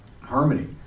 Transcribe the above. harmony